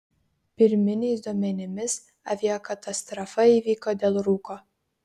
pirminiais duomenimis aviakatastrofa įvyko dėl rūko